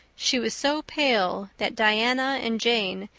she was so pale that diana and jane,